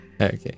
Okay